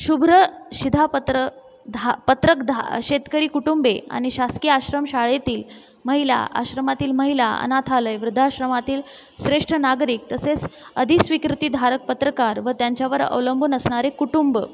शुभ्र शिधापत्र धा पत्रक धा शेतकरी कुटुंबे आणि शासकीय आश्रमशाळेतील महिला आश्रमातील महिला अनाथालय वृद्धाश्रमातील श्रेष्ठ नागरिक तसेच अधिस्वीकृतीधारक पत्रकार व त्यांच्यावर अवलंबून असणारे कुटुंब